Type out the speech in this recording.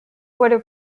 water